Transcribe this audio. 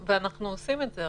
אנחנו באמת עושים את זה,